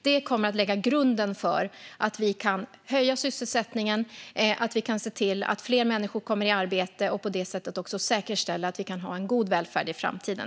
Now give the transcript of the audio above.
Detta kommer att lägga grunden för att vi kan höja sysselsättningen och se till att fler människor kommer i arbete och på det sättet också säkerställa att vi kan ha en god välfärd i framtiden.